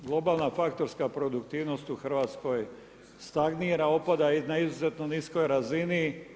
Globalna faktorska produktivnost u Hrvatskoj stagnira, opada na izuzetno niskoj razini.